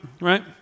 right